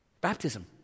Baptism